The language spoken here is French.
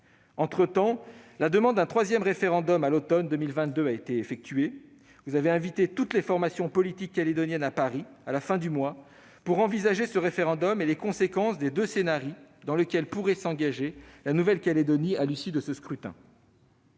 Entre-temps, la demande d'un troisième référendum, à l'automne 2022, a été effectuée. Vous avez invité toutes les formations politiques calédoniennes à Paris à la fin du mois, monsieur le ministre, pour envisager ce référendum et les conséquences des deux scénarii dans lesquels la Nouvelle-Calédonie pourrait s'engager à l'issue de ce scrutin.